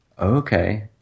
Okay